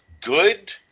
good